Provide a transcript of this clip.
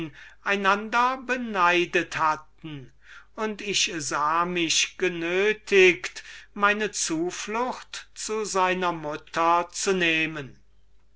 einander beneidet hatten ich ward endlich genötiget meine zuflucht zu seiner mutter zu nehmen